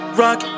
rock